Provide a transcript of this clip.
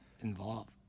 Involved